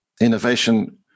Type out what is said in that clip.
innovation